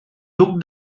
duc